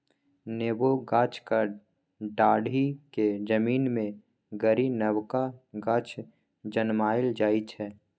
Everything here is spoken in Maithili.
नेबो गाछक डांढ़ि केँ जमीन मे गारि नबका गाछ जनमाएल जाइ छै